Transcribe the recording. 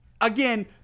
again